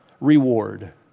reward